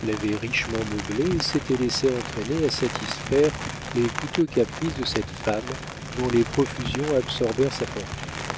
l'avait richement meublée et s'était laissé entraîner à satisfaire les coûteux caprices de cette femme dont les profusions absorbèrent sa fortune